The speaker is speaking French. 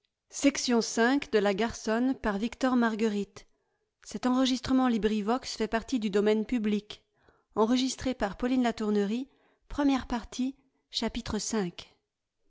de la matière